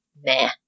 Meh